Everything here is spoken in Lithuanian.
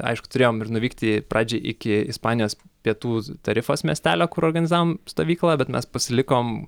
aišku turėjom ir nuvykti pradžiai iki ispanijos pietų tarifos miestelio kur organizavom stovyklą bet mes pasilikom